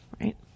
Right